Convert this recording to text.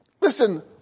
Listen